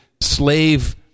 slave